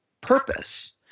purpose